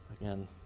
again